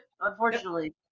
unfortunately